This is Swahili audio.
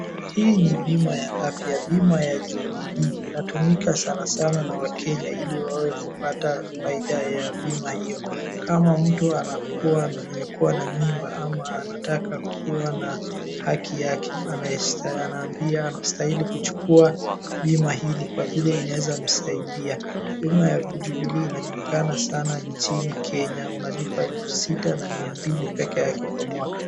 Hii ni bima ya afya, bima ya Jubilee . Inatumika sanasana na wakenya ili wawe kupate faida ya bima hiyo. Kama mtu anakuwa na mwenye kuwa na mimba ama anataka kuwa na haki yake, anaambia, anastahili kuchukuwa bima hili kwa vile inaweza msaidia. Bima ya Jubilee inajulikana sana nchini Kenya, unalipa elfu sita mia mbili pekee yake kwa mwaka.